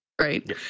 right